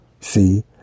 See